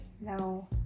No